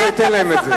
אני לא אתן להם את זה.